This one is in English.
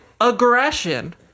aggression